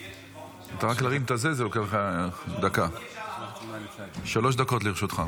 ויש ברוך השם --- שלוש דקות לרשותך,